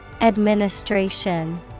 Administration